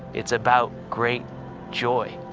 it's about great joy.